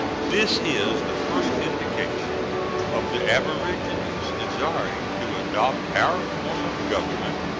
this is the first indication of the aborigines desiring to adopt our form of government,